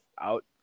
out